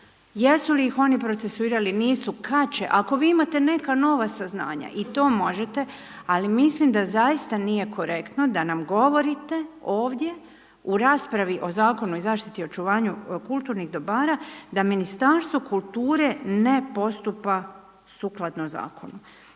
Jesu li ih oni procesuirali, nisu, kada će. Ako vi imate neka nova saznanja i to možete, ali mislim da zaista nije korektno, da nam govorite, ovdje u raspravi o zakonu i zaštiti očuvanju kulturnih dobara, da Ministarstvo kulture, ne postupa sukladno zakonu.